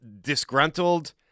disgruntled